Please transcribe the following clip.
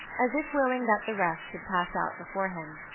as if willing that the rest should pass out before him.